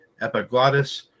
epiglottis